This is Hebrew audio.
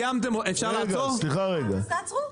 אז תעצרו.